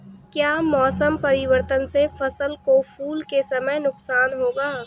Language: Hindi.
क्या मौसम परिवर्तन से फसल को फूल के समय नुकसान होगा?